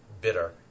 bitter